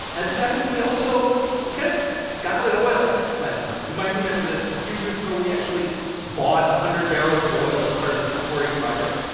as it happens, we also we kind of got an oil guy at planet money. you might remember this. a few years ago, we actually bought one hundred barrels of oil as part of this reporting project.